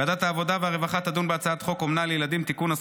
ועדת העבודה והרווחה תדון בהצעת חוק אומנה לילדים (תיקון,